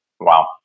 Wow